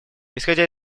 исходя